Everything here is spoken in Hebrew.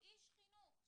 איש חינוך.